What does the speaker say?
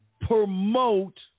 promote